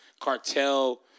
cartel